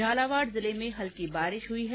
झालावाड जिले में हल्की बारिश हई है